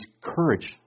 courage